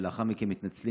ולאחר מכן מתנצלים,